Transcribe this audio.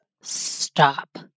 Stop